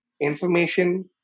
information